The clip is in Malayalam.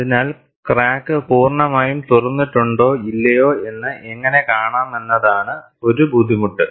അതിനാൽ ക്രാക്ക് പൂർണ്ണമായും തുറന്നിട്ടുണ്ടോ ഇല്ലയോ എന്ന് എങ്ങനെ കാണാമെന്നതാണ് ഒരു ബുദ്ധിമുട്ട്